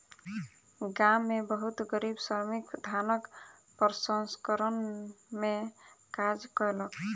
गाम में बहुत गरीब श्रमिक धानक प्रसंस्करण में काज कयलक